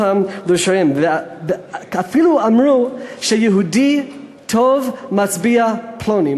אפילו אמרו שיהודי טוב מצביע פלוני.